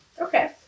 Okay